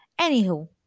Anywho